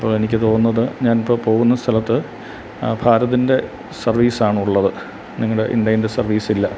അപ്പോൾ എനിക്ക് തോന്നുന്നത് ഞാൻ ഇപ്പോൾ പോകുന്ന സ്ഥലത്ത് ഭാരതിൻ്റെ സർവീസാണുള്ളത് നിങ്ങളുടെ ഇണ്ടെൻ്റെ സർവീസ് ഇല്ല